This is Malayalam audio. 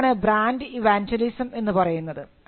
ഇതിനെയാണ് ബ്രാൻഡ് ഇവാഞ്ചലിസം എന്ന് പറയുന്നത്